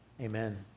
amen